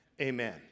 Amen